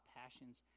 passions